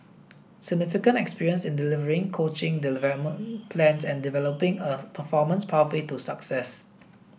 significant experience in delivering coaching development plans and developing a performance pathway to success